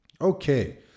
Okay